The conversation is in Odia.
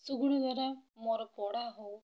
ସୁଗୁଣ ଦ୍ୱାରା ମୋର ପଢ଼ାହେଉ